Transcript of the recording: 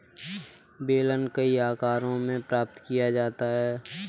बेलन कई आकारों में प्राप्त किया जाता है